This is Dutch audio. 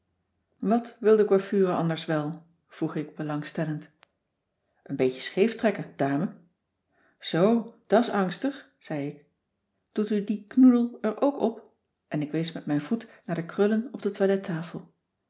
wat wil de coiffure anders wel vroeg ik belangstellend n beetje scheef trekken dame zoo da's angstig zei ik doet u dien knoedel er ook op en ik wees met mijn voet naar de krullen op de